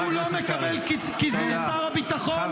אז הוא לא מקבל קיזוז, שר הביטחון?